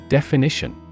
Definition